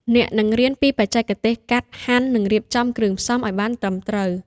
អ្នកនឹងរៀនពីបច្ចេកទេសកាត់ ហាន់ និងរៀបចំគ្រឿងផ្សំឱ្យបានត្រឹមត្រូវ។